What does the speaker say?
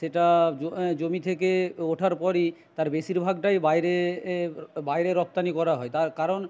সেটা জমি থেকে ওঠার পরই তার বেশিরভাগটাই বাইরে এ বাইরে রপ্তানি করা হয় তার কারণ